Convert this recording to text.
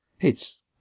It's